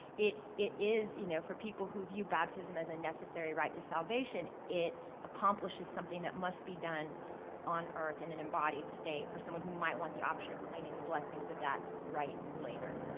it it is, you know for people who view baptism as a necessary rite to salvation, it accomplished something that must be done on earth in an embodied state for someone who might want the option of claiming the blessings of that rite later.